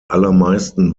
allermeisten